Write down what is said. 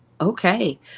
Okay